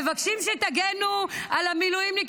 מבקשים שתגנו על המילואימניקים,